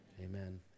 amen